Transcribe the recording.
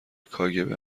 کاگب